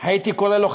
הייתי קורא לו,